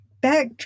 back